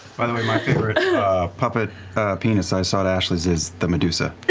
by the way, my favorite puppet penis i saw at ashley's is the medusa,